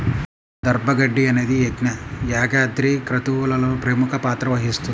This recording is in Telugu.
దర్భ గడ్డి అనేది యజ్ఞ, యాగాది క్రతువులలో ప్రముఖ పాత్ర వహిస్తుంది